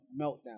meltdown